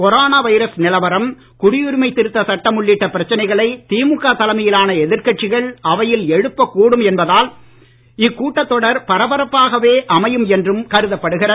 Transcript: corona virus நிலவரம் குடியுரிமை திருத்த சட்டம் உள்ளிட்ட பிரச்சனைகளை திமுக தலைமையிலான எதிர்கட்சிகள் அவையில் எழுப்பக் கூடும் என்பதால் இக்கூட்டத்தொடர் பரபரப்பாகவே அமையும் என்றும் கருதப்படுகிறது